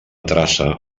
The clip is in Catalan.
traça